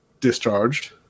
discharged